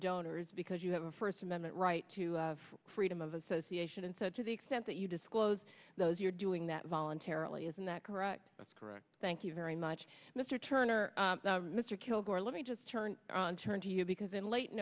donors because you have a first amendment right to freedom of association and said to the extent that you disclose those you're doing that voluntarily isn't that correct that's correct thank you very much mr turner mr kilgore let me just turn and turn to you because in late